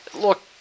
Look